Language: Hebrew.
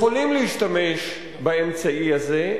יכולים להשתמש באמצעי הזה,